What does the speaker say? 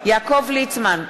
יעקב ליצמן,